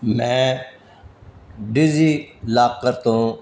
ਮੈਂ ਡਿਜੀਲਾਕਰ ਤੋਂ